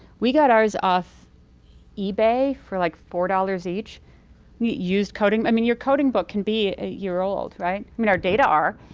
we got ours off ebay for like four dollars each. we used coding. i mean, your coding book can be a year old, right? i mean, our data are,